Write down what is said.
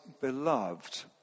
beloved